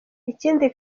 ikindi